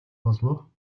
болов